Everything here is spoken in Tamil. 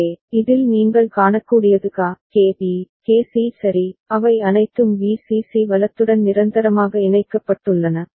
எனவே இதில் நீங்கள் காணக்கூடியது KA KB KC சரி அவை அனைத்தும் VCC வலத்துடன் நிரந்தரமாக இணைக்கப்பட்டுள்ளன